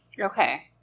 okay